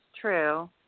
true